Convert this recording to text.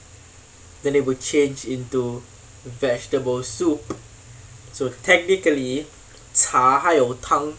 then it would change into vegetable soup so technically 茶还有汤